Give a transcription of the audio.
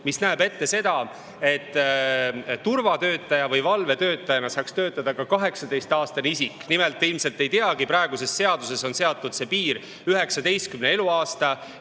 mis näeb ette seda, et turvatöötaja või valvetöötajana saaks töötada ka 18‑aastane isik. Nimelt, te ilmselt ei teagi, et praeguses seaduses on seatud see piir 19. eluaasta